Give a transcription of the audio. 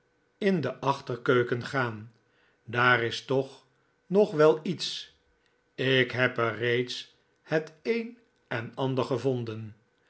in de achterkeuken gaan daar is toch nog wel iets ik heb er reeds het een en ander gevonden